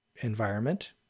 environment